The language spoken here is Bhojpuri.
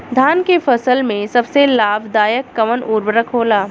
धान के फसल में सबसे लाभ दायक कवन उर्वरक होला?